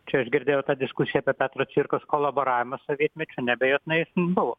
čia aš girdėjau tą diskusiją apie petro cvirkos kolaboravimą sovietmečiu nebejotinai jis buvo